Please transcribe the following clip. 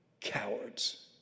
Cowards